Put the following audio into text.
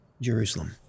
Jerusalem